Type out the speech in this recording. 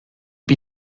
bin